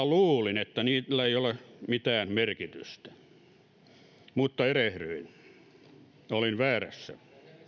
luulin että kansalaisaloitteilla ei ole mitään merkitystä mutta erehdyin olin väärässä